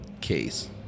case